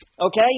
okay